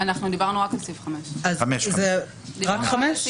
אנחנו דיברנו רק על סעיף 5. רק על 5?